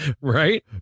Right